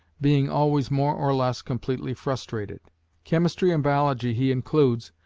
being always more or less completely frustrated chemistry and biology he includes,